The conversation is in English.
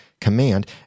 command